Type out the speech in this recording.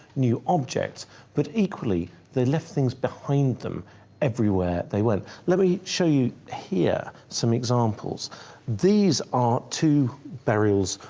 new objects but equally they left things behind them everywhere they went let me show you here some examples these are two burials,